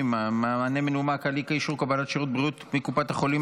70) (מענה מנומק על אי-אישור קבלת שירות בריאות מקופת חולים),